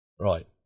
Right